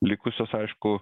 likusios aišku